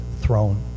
throne